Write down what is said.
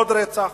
עוד רצח.